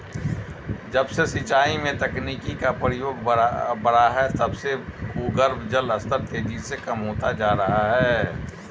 जब से सिंचाई में तकनीकी का प्रयोग बड़ा है तब से भूगर्भ जल स्तर तेजी से कम होता जा रहा है